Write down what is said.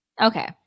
Okay